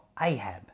Ahab